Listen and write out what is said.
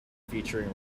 featuring